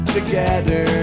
Together